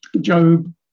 Job